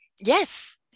Yes